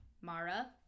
Mara